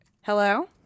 Hello